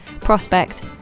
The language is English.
Prospect